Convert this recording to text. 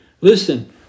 Listen